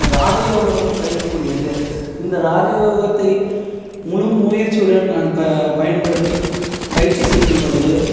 ராஜ யோகமும் கைக்கூடியது இந்த ராஜ யோகத்தை முழு முயற்சியுடன் நான் ப பயன்படுத்தி பயிற்சி செய்யும்பொழுது